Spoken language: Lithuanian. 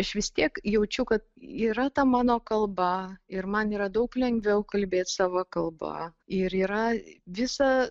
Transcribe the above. aš vis tiek jaučiu kad yra ta mano kalba ir man yra daug lengviau kalbėt sava kalba ir yra visa